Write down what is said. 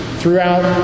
throughout